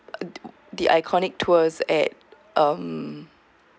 the iconic tours at um